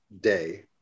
day